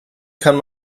kann